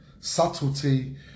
subtlety